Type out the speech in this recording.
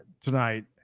tonight